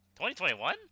2021